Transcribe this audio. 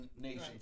nation's